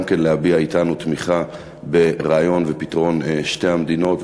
גם להביע אתנו תמיכה ברעיון ובפתרון שתי המדינות.